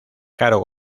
caro